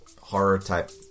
horror-type